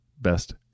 best